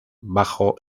bajo